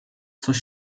coś